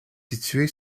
située